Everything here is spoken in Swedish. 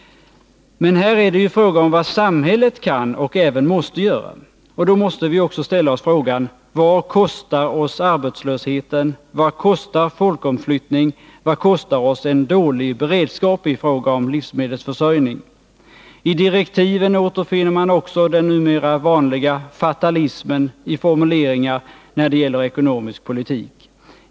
Men här är det ju fråga om vad samhället kan och även måste göra. Och då måste vi ju också ställa oss frågorna: Vad kostar oss arbetslösheten? Vad kostar folkomflyttning? Vad kostar oss en dålig beredskap i fråga om livsmedelsförsörjning? I direktiven återfinner man också den numera vanliga fatalismen i formuleringar när det gäller ekonomisk politik.